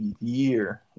year